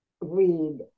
read